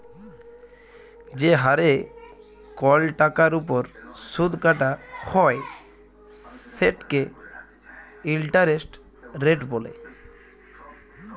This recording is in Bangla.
যে হারে কল টাকার উপর সুদ কাটা হ্যয় সেটকে ইলটারেস্ট রেট ব্যলে